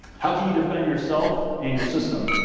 how can you defend yourself and your system?